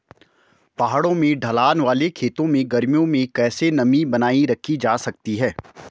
पहाड़ों में ढलान वाले खेतों में गर्मियों में कैसे नमी बनायी रखी जा सकती है?